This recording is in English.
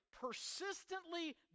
persistently